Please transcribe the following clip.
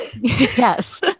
Yes